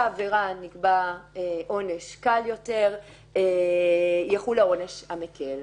עבירה נקבע עונש קל יותר יחול העונש המקל.